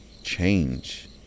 change